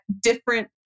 different